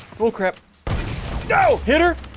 bullcrap duh hitter